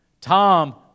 Tom